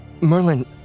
Merlin